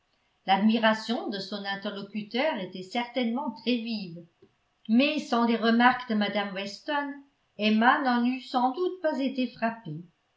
l'admiration de son interlocuteur était certainement très vive mais sans les remarques de mme weston emma n'en eut sans doute pas été frappée